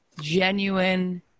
genuine